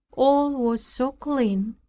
all was so clean,